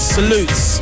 Salutes